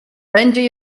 będzie